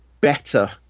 better